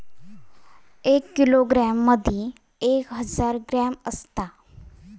एक किलोग्रॅम मदि एक हजार ग्रॅम असात